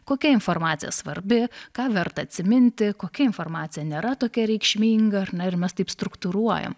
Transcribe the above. kokia informacija svarbi ką verta atsiminti kokia informacija nėra tokia reikšminga ar ne ir mes taip struktūruojam